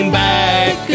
back